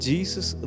Jesus